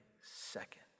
second